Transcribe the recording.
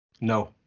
no